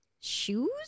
Shoes